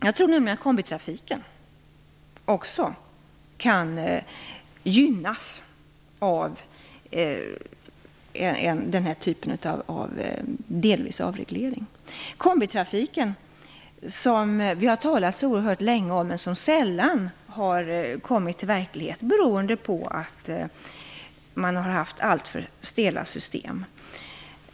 Jag tror nämligen att kombitrafiken också kan gynnas av den här typen av avreglering. Kombitrafiken har vi talat så länge om, men det har sällan hänt något i verkligheten. Det beror på att det har funnits allt för stela system.